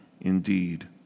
indeed